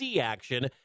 action